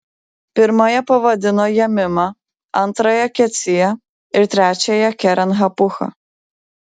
pirmąją pavadino jemima antrąją kecija ir trečiąją keren hapucha